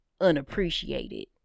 unappreciated